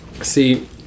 See